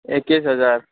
एकैस हजार